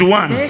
one